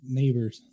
neighbors